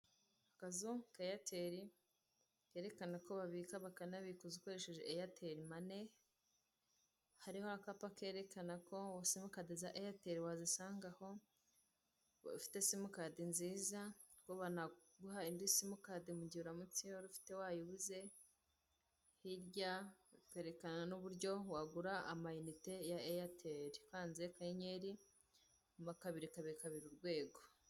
Akazu ka eyateri kerekana ko babika bakanabikuza ukoresheje eyateri mane, hariho akapa kerekana ko simuka za eyateri wazisanga aho, bafite simukad nziza ko banaguha indi simukade mu gihe uramutse iyo wari ufite wayibuze ,hirya bakerekana n'uburyo wagura amanite ya eyateri ukanze akanyenyeri kabiri kabiri kabiri urwego.